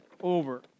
over